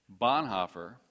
Bonhoeffer